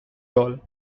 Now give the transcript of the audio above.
doll